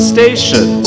Station